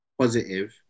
positive